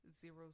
Zero